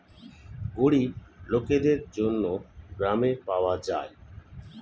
গরিব লোকদের জন্য গ্রামে পাওয়া যায়